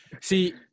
see